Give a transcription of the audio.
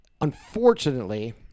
unfortunately